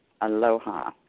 Aloha